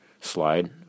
Slide